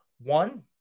One